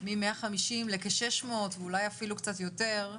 מ-150 לכ-600 ואולי אפילו קצת יותר,